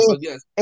Yes